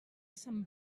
sant